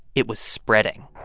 it was spreading.